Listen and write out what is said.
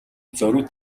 зориуд